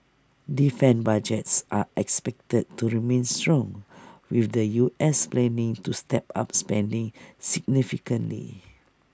defence budgets are expected to remain strong with the U S planning to step up spending significantly